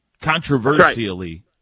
controversially